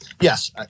yes